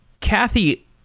Kathy